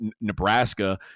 Nebraska